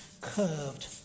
curved